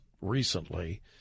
recently